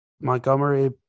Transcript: Montgomery